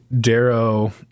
Darrow